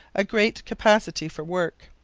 a great capacity for work.